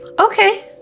Okay